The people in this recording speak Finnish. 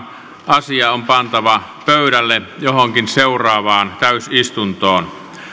asia on pantava pöydälle johonkin seuraavaan täysistuntoon